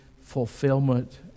fulfillment